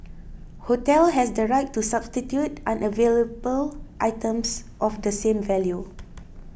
hotel has the right to substitute unavailable items of the same value